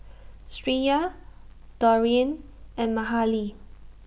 Shreya Dorian and Mahalie